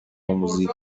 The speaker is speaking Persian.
آموزی